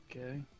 Okay